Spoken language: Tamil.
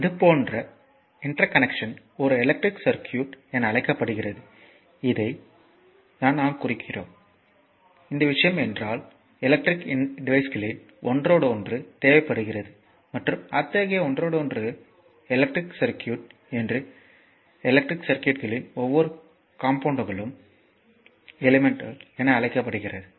இதுபோன்ற இன்டர்கனேக்ஷன் ஒரு எலக்ட்ரிக் சர்க்யூட் என அழைக்கப்படுகிறது இதை நான் குறிக்கிறேன் என்றால் இந்த விஷயம் என்றால் நமக்கு எலக்ட்ரிகல் டிவைஸ்களின் ஒன்றோடொன்று தேவைப்படுகிறது மற்றும் அத்தகைய ஒன்றோடொன்று எலக்ட்ரிக் சர்க்யூட் என்றும் எலக்ட்ரிக் சர்க்யூட்களின் ஒவ்வொரு காம்போனென்ட்களும் எலிமெண்ட் என அழைக்கப்படுகிறது